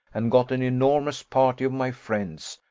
and got an enormous party of my friends,